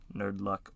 Nerdluck